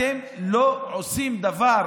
אתם לא עושים דבר